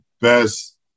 best